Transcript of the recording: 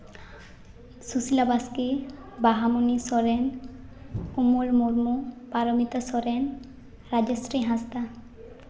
Sushila Baske Bahamoni Soren Umul Murmu Paromita Soren Rajasri Hansda